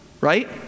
Right